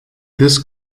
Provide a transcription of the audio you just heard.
this